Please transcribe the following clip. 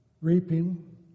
reaping